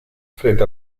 frente